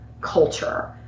culture